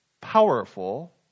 powerful